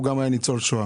והוא גם היה ניצול שואה.